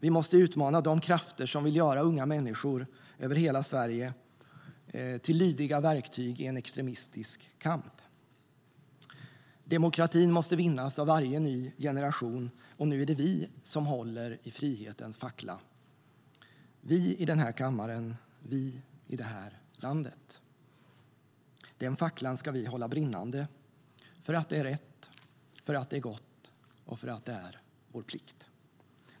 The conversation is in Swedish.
Vi måste utmana de krafter som vill göra unga människor över hela Sverige till lydiga verktyg i en extremistisk kamp. Demokratin måste vinnas av varje ny generation, och nu är det vi som håller i frihetens fackla - vi i den här kammaren, vi i det här landet. Den facklan ska vi hålla brinnande - för att det är rätt, för att det är gott och för att det är vår plikt.